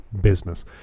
business